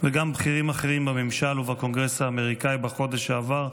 וגם בכירים אחרים בממשל ובקונגרס האמריקאי בחודש שעבר.